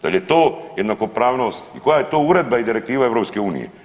Da li je to jednakopravnost i koja je to uredba i direktiva EU.